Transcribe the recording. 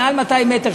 מעל 200 מ"ר,